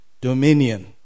dominion